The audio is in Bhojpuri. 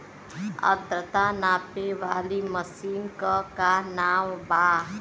आद्रता नापे वाली मशीन क का नाव बा?